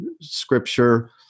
scripture